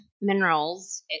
minerals